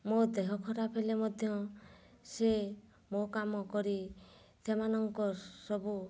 ମୋ ଦେହ ଖରାପ ହେଲେ ମଧ୍ୟ ସେ ମୋ କାମ କରି ସେମାନଙ୍କର ସବୁ